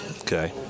Okay